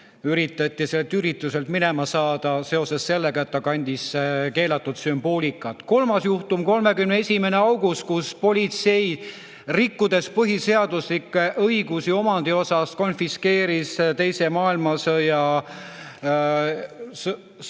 üritati sealt ürituselt minema saada seoses sellega, et ta kandis keelatud sümboolikat. Kolmas juhtum: 31. august, kui politsei, rikkudes põhiseaduslikke õigusi omandi osas, konfiskeeris teises maailmasõjas